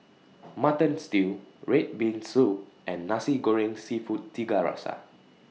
Mutton Stew Red Bean Soup and Nasi Goreng Seafood Tiga Rasa